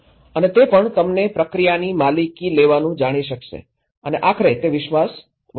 અને તે પણ તમને પ્રક્રિયાની માલિકી લેવાનું જાણી શકશે અને આખરે તે વિશ્વાસ વધારશે